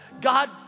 God